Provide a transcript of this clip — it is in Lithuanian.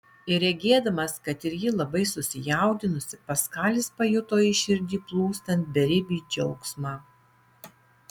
ir regėdamas kad ir ji labai susijaudinusi paskalis pajuto į širdį plūstant beribį džiaugsmą